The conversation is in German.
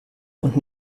und